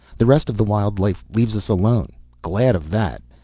the rest of the wild life leaves us alone. glad of that!